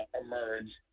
emerge